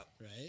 right